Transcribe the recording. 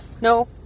no